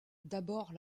d’abord